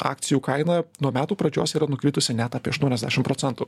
akcijų kaina nuo metų pradžios yra nukritusi net apie aštuoniasdešim procentų